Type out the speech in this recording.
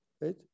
right